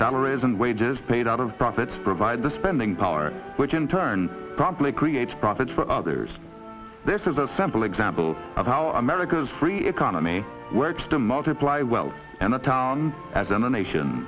salaries and wages paid out of profits provide the spending power which in turn promptly creates profits for others this is a simple example of how america's free economy works to multiply wealth and the town as a nation